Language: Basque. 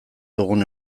dugun